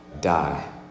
die